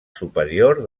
superior